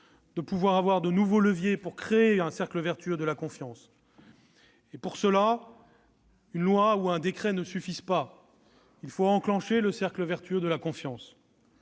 d'avoir de nouveaux leviers pour créer un cercle vertueux de la confiance. À cet effet, une loi ou un décret ne suffit pas. Il nous faut enclencher le cercle vertueux de la confiance